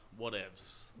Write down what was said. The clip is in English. Whatevs